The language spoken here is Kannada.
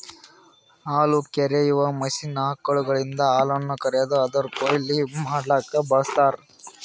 ಹಾಲುಕರೆಯುವ ಮಷೀನ್ ಆಕಳುಗಳಿಂದ ಹಾಲನ್ನು ಕರೆದು ಅದುರದ್ ಕೊಯ್ಲು ಮಡ್ಲುಕ ಬಳ್ಸತಾರ್